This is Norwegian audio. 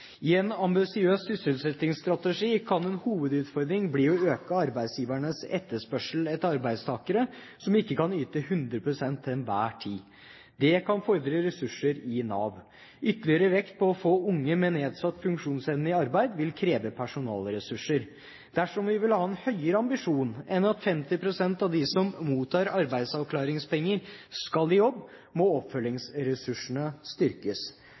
I en ambisiøs sysselsettingsstrategi kan en hovedutfordring bli å øke arbeidsgivernes etterspørsel etter arbeidstakere som ikke kan yte 100 pst. til enhver tid. Det kan fordre ressurser i Nav. Ytterligere vekt på å få unge med nedsatt funksjonsevne i arbeid vil kreve personalressurser. Dersom vi vil ha en høyere ambisjon enn at 50 pst. av dem som mottar arbeidsavklaringspenger, skal i jobb, må oppfølgingsressursene styrkes.